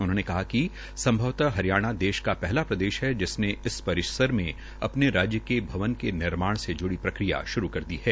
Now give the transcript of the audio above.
उन्होंने कहा कि संभवत हरियाणा देश का पहला प्रदेश है जिसने इस परिसर में अपने राज्य के भवन के निर्माण से ज्ड़ी प्रक्रिया आरंभ कर दी है